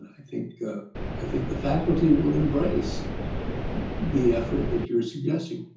i think ah i think the faculty will embrace the effort that you're suggesting.